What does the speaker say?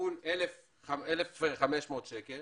כפול 1,500 שקל